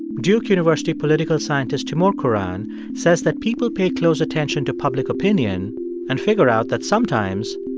duke university political scientist timur kuran says that people pay close attention to public opinion and figure out that, sometimes,